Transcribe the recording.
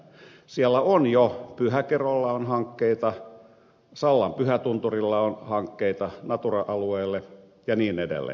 siellä on jo pyhäkerolla hankkeita sallan pyhätunturilla on hankkeita natura alueelle ja niin edelleen